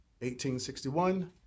1861